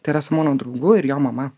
tai yra su mano draugu ir jo mama